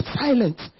silent